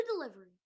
delivery